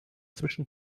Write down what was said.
zwischen